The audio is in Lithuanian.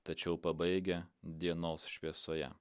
tačiau pabaigia dienos šviesoje